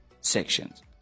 sections